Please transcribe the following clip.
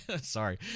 sorry